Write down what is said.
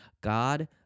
God